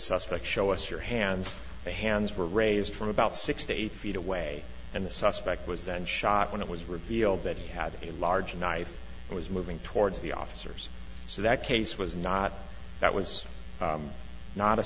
suspect show us your hands the hands were raised from about sixty feet away and the suspect was then shot when it was revealed that he had a large knife and was moving towards the officers so that case was not that was not a